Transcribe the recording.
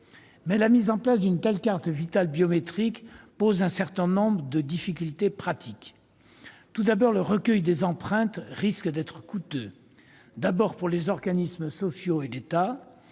que la mise en place d'une telle carte biométrique pose un certain nombre de difficultés pratiques. D'abord, le recueil des empreintes risque d'être coûteux pour les organismes sociaux et l'État.